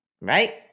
right